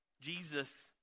Jesus